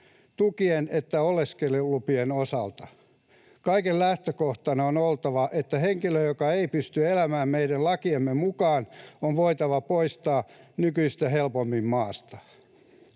tukien että oleskelulupien osalta. Kaiken lähtökohtana on oltava, että henkilö, joka ei pysty elämään meidän lakiemme mukaan, on voitava poistaa nykyistä helpommin maasta.